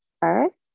first